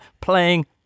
playing